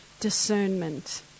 Discernment